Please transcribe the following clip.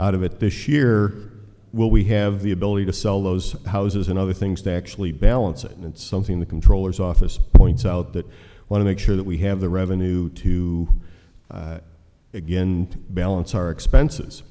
out of it this year will we have the ability to sell those houses and other things to actually balance it and something the comptroller's office points out that want to make sure that we have the revenue to begin balance our expenses